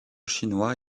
chinois